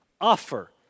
offer